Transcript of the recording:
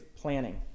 planning